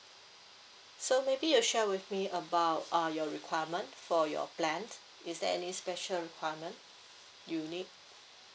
so maybe you share with me about uh your requirement for your plans is there any special requirement you need